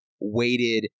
weighted